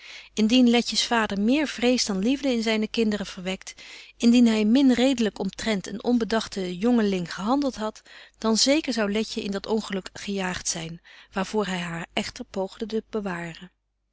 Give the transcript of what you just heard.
indien letjes vader meer vrees dan liefde in zyne kinderen verwekt indien hy min redelyk omtrent een onbedagten jongeling gehandelt hadt dan zeker zou letje in dat ongeluk gejaagt zyn waar voor hy haar echter poogde te bewaren